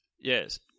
Yes